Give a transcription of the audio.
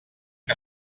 que